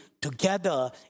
together